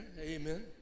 Amen